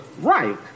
right